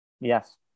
Yes